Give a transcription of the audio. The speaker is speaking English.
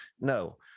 no